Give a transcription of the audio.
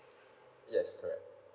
yes correct